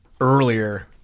earlier